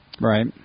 Right